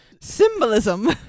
symbolism